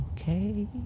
okay